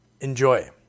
Enjoy